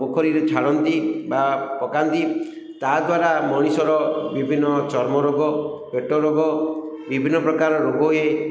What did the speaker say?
ପୋଖରୀରେ ଛାଡ଼ନ୍ତି ବା ପକାନ୍ତି ତା'ଦ୍ଵାରା ମଣିଷର ବିଭିନ୍ନ ଚର୍ମ ରୋଗ ପେଟ ରୋଗ ବିଭିନ୍ନ ପ୍ରକାର ରୋଗ ହୁଏ